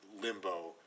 limbo